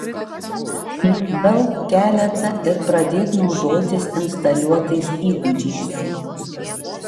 nugvelbk keletą ir pradėk naudotis instaliuotais įgūdžiais